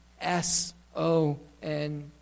S-O-N